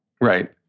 Right